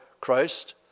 Christ